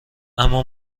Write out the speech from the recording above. اما